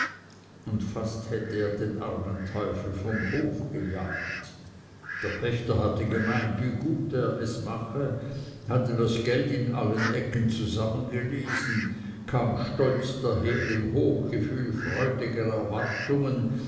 und fast hätte er den armen teufel vom hofe gejagt der pächter hatte gemeint wie gut er es mache hatte das geld in allen ecken zusammengelesen kam stolz daher im hochgefühl freudiger erwartungen